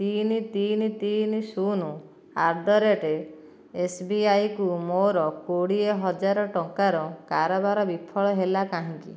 ତିନି ତିନି ତିନି ଶୂନ ଆଟ ଦ ରେଟ ଏସ୍ବିଆଇ କୁ ମୋ'ର କୋଡିଏ ହଜାର ଟଙ୍କାର କାରବାର ବିଫଳ ହେଲା କାହିଁକି